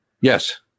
Yes